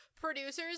producers